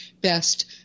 best